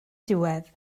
diwedd